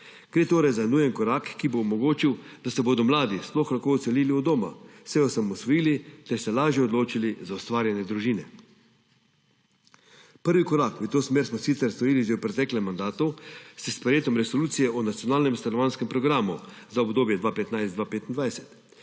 Gre torej za nujen korak, ki bo omogočil, da se bodo mladi sploh lahko odselili od doma, se osamosvojili ter se lažje odločili za ustvarjanje družine. Prvi korak v to smer smo sicer storili že v preteklem mandatu s sprejetjem Resolucije o nacionalnem stanovanjskem programu za obdobje 2015–2025.